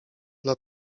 dla